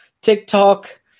TikTok